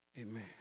Amen